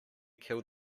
killed